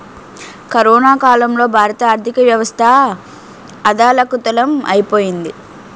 corona కాలంలో భారత ఆర్థికవ్యవస్థ అథాలకుతలం ఐపోయింది